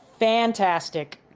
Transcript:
fantastic